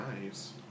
nice